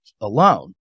alone